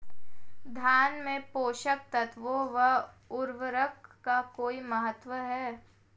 धान में पोषक तत्वों व उर्वरक का कोई महत्व है?